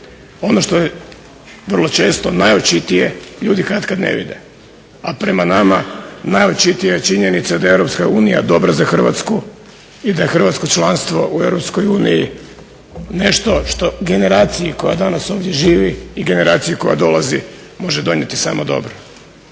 Ono što je vrlo često najočitije ljudi katkad ne vide, a pred nama najočitija je činjenica da je Europska unija dobra za Hrvatsku i da je hrvatsko članstvo u Europskoj uniji nešto što generaciji koja danas ovdje živi i generaciji koja dolazi može donijeti samo dobro.